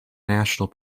national